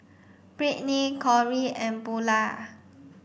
Brittnie Cory and Bulah